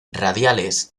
radiales